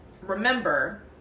Remember